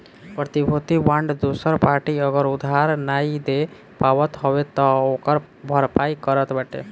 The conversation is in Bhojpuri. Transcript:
प्रतिभूति बांड दूसर पार्टी अगर उधार नाइ दे पावत हवे तअ ओकर भरपाई करत बाटे